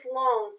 long